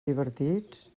divertits